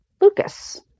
Lucas